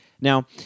Now